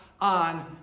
on